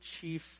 chief